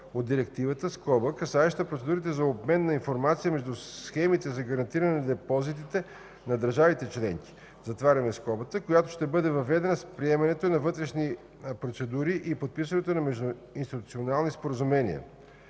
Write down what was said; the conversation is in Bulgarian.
от Директивата, касаеща процедурите за обмен на информация между схемите за гарантиране на депозитите на държавите членки, която ще бъде въведена с приемането на вътрешни процедури и подписването на междуинституционални споразумения.